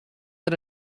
der